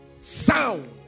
sound